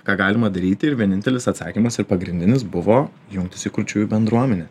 ką galima daryti ir vienintelis atsakymas ir pagrindinis buvo jungtis į kurčiųjų bendruomenę